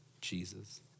Jesus